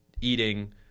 eating